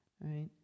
right